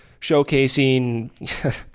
showcasing